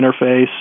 interface